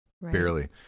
barely